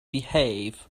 behave